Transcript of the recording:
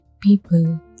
people